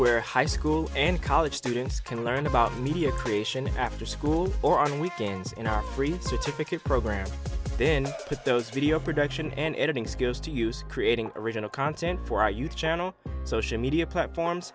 where high school and college students can learn about media creation after school or on weekends in our free to typical program then put those video production and editing skills to use creating original content for our youth channel social media platforms